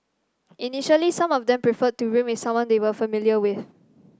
initially some of them preferred to room with someone they were familiar with